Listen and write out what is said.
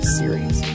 series